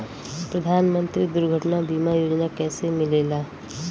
प्रधानमंत्री दुर्घटना बीमा योजना कैसे मिलेला?